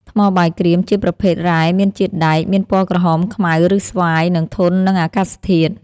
ថ្មបាយក្រៀម ជាប្រភេទរ៉ែមានជាតិដែក មានពណ៌ក្រហម ខ្មៅ ឬស្វាយ និងធន់នឹងអាកាសធាតុ។